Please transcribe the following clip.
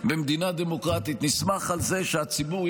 במדינה דמוקרטית נסמך על זה שהציבור,